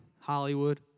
Hollywood